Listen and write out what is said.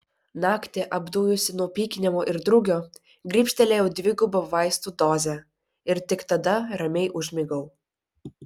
naktį apdujusi nuo pykinimo ir drugio grybštelėjau dvigubą vaistų dozę ir tik tada ramiai užmigau